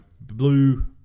blue